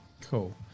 cool